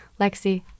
Lexi